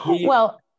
well-